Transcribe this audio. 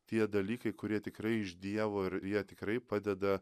tie dalykai kurie tikrai iš dievo ir jie tikrai padeda